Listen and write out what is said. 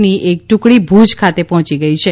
ની એક ટુકડી ભુજ ખાતે પહોંચી છે